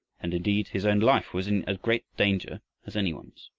and indeed his own life was in as great danger as any one's.